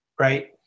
right